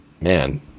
man